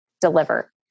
deliver